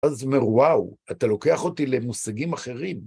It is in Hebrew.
אז אומר וואו, אתה לוקח אותי למושגים אחרים.